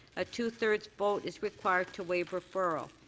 ah two thirds vote is required to waive referral.